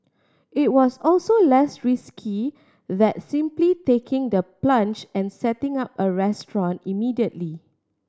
it was also less risky than simply taking the plunge and setting up a restaurant immediately